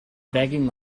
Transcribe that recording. begging